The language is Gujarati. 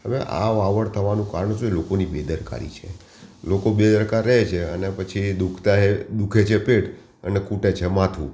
હવે આ વાવડ થવાનું કારણ શું લોકોની બેદરકારી છે લોકો બેદરકાર રહે છે અને પછી દુઃખતા હૈ દુ ખે છે પેટ અને કુટે છે માથું